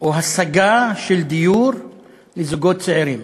או השגה של דיור לזוגות צעירים.